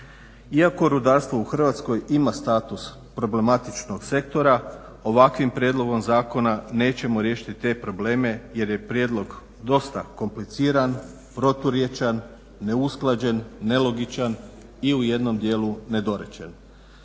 Iako rudarstvo u Hrvatskoj ima status problematičnog sektora ovakvim prijedlogom zakona nećemo riješiti te probleme jer je prijedlog dosta kompliciran, proturječan, neusklađen, nelogičan i u jednom dijelu nedorečen.